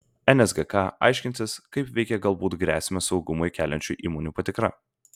nsgk aiškinsis kaip veikia galbūt grėsmę saugumui keliančių įmonių patikra